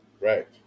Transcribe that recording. Right